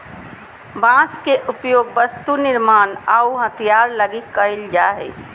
बांस के उपयोग वस्तु निर्मान आऊ हथियार लगी कईल जा हइ